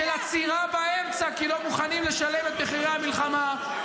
של עצירה באמצע כי לא מוכנים לשלם את מחירי המלחמה.